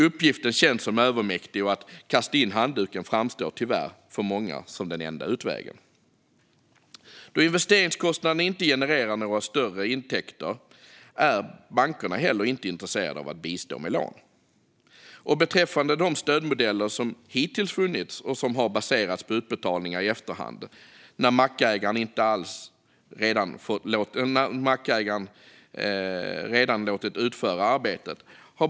Uppgiften känns övermäktig, och att kasta in handduken framstår tyvärr för många som den enda utvägen. Då investeringskostnaderna inte genererar några större intäkter är bankerna heller inte intresserade av att bistå med lån. De stödmodeller som hittills har funnits har baserats på utbetalningar i efterhand, när mackägaren redan låtit utföra arbetet.